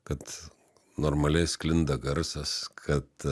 kad normaliai sklinda garsas kad